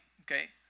okay